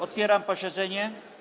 Otwieram posiedzenie.